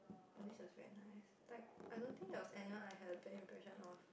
Louise was very nice like I don't think there was anyone I had a bad impression of